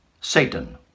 Satan